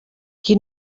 qui